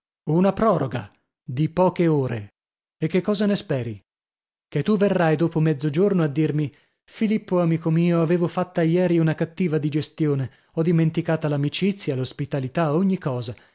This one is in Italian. una proroga di poche ore e che cosa ne speri che tu verrai dopo mezzogiorno a dirmi filippo amico mio avevo fatta ieri una cattiva digestione ho dimenticata l'amicizia l'ospitalità ogni cosa